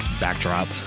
backdrop